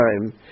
time